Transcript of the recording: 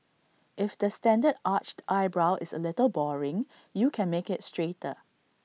if the standard arched eyebrow is A little boring you can make IT straighter